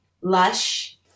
lush